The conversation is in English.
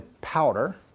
powder